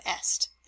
est